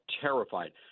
terrified